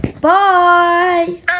Bye